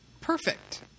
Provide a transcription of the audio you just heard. perfect